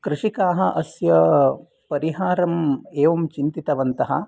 कृषिकाः अस्य परिहारम् एवं चिन्तितवन्तः